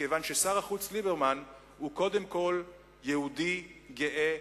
מכיוון ששר החוץ ליברמן הוא קודם כול יהודי גאה,